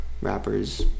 rappers